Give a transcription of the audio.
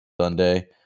Sunday